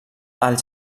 als